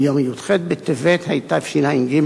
ביום י"ח בטבת התשע"ג,